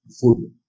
food